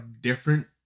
different